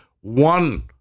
One